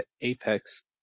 Apex